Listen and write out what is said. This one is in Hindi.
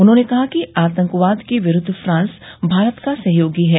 उन्होंने कहा कि आतंकवाद के विरूद्व फ्रांस भारत का सहयोगी है